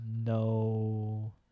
no